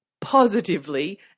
positively